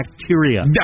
bacteria